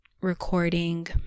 recording